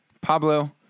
Pablo